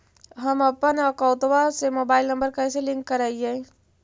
हमपन अकौउतवा से मोबाईल नंबर कैसे लिंक करैइय?